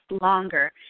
longer